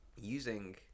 using